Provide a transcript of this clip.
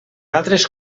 altres